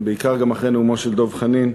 בעיקר גם אחרי נאומו של דב חנין,